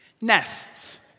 Nests